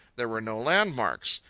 there were no landmarks.